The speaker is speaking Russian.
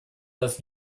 нас